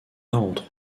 entre